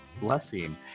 blessing